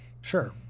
sure